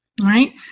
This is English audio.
Right